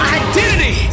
identity